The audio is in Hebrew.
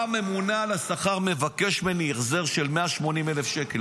הוא אמר לי: בא הממונה על השכר ומבקש ממני החזר של 180,00 שקל.